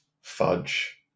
fudge